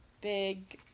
big